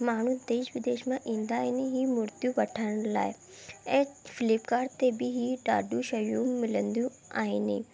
माण्हू देश विदेश मां ईंदा आहिनि ही मूर्तियूं वठण लाइ ऐं फ्लिपकार्ट ते बि ही ॾाढियूं शयूं मिलंदियूं आहिनि